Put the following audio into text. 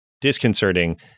disconcerting